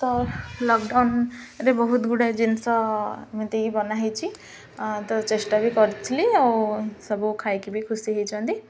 ତ ଲକଡାଉନରେ ବହୁତ ଗୁଡ଼ାଏ ଜିନିଷ ଏମିତିକି ବନା ହେଇଛି ତ ଚେଷ୍ଟା ବି କରିଥିଲି ଆଉ ସବୁ ଖାଇକି ବି ଖୁସି ହେଇଛନ୍ତି